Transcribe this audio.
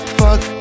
fuck